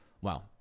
Wow